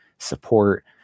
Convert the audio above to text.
support